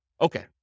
Okay